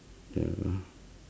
ya